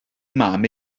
mam